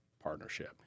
partnership